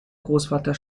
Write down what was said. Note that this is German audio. großvater